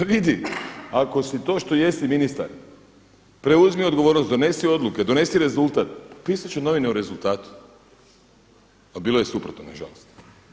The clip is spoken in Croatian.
A vidi, ako si to što jesi, ministar, preuzmi odgovornost, donesi odluke, donesi rezultat, pisat će novine o rezultatu a bilo je suprotno nažalost.